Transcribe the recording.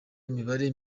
imibare